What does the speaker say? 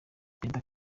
perezida